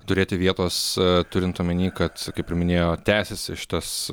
turėti vietos turint omeny kad kaip ir minėjot tęsiasi šitas